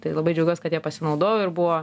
tai labai džiaugiuos kad ja pasinaudojau ir buvo